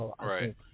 right